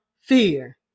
fear